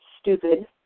stupid